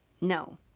No